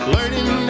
Learning